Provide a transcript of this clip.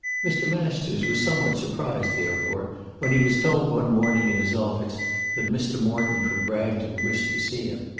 mr. masters was somewhat surprised therefore when he was told one morning in his office that mr. morton from bragton wished to see him.